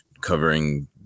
covering